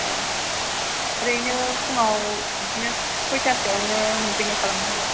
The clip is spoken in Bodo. औ ओरैनो फुंआव बिदिनो सयथा सोयावनो मोनफैनाय खालामदो